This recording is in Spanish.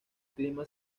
clima